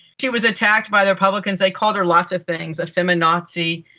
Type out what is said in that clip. she was attacked by the republicans, they called her lots of things a feminazi,